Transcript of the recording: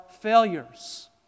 failures